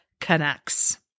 connects